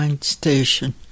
station